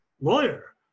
lawyer